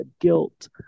guilt